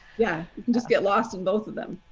yeah, you can just get lost in both of them.